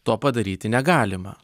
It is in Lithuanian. to padaryti negalima